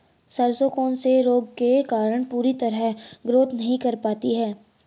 सरसों कौन से रोग के कारण पूरी तरह ग्रोथ नहीं कर पाती है?